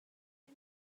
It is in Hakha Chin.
inn